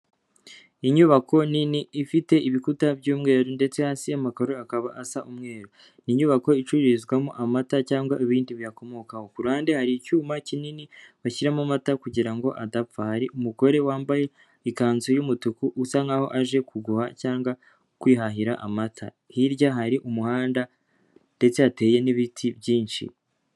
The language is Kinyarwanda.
Inyubako nini ifite ibikuta by'umweru ndetse hasi y'amakaro hakaba hasa umweru, ni inyubako icururizwamo amata cyangwa ibindi biyakomokaho, ku ruhande hari icyuma kinini bashyiramo amata kugirango adapfa, hari umugore wambaye ikanzu y'umutuku usa nkaho aje kugura cyangwa kwihahira amata, hirya hari umuhanda ndetse hateye n'ibiti byinshi.